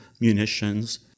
munitions